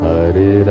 Hare